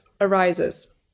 arises